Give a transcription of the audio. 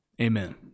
Amen